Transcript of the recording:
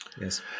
Yes